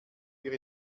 wir